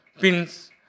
pins